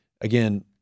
again